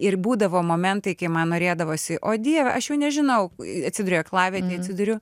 ir būdavo momentai kai man norėdavosi o dieve aš jau nežinau atsiduri aklavietėj atsiduriu